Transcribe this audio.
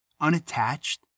unattached